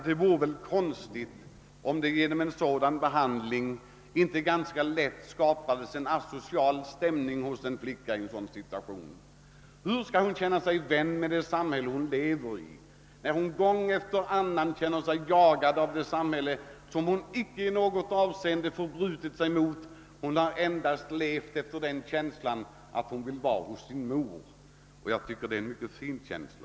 Det vore väl konstigt om det inte genom en sådan behandling lätt skapades en asocial inställning hos en flicka i en dylik situation. Hur skall hon kunna vara positivt inställd till det samhälle hon lever i när hon gång efter annan känner sig jagad, trots att hon inte på något sätt förbrutit sig mot samhället utan endast velat vara hos sin mor? Jag tycker att detta är en mycket fin känsla.